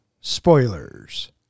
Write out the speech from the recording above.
spoilers